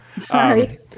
Sorry